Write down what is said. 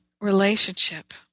relationship